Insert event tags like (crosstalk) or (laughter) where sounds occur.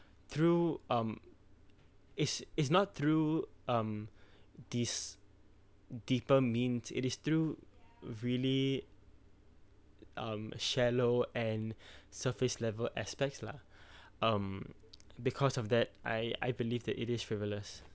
through um is is not through um (breath) these deeper means it is through really um shallow and (breath) surface level aspects lah (breath) um because of that I I believe that it is frivolous